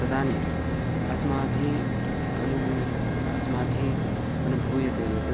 तदानीम् अस्माभिः अनु अस्माभिः अनुभूयते यत्